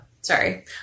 sorry